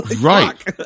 right